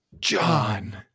john